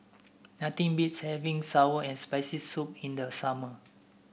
nothing beats having sour and Spicy Soup in the summer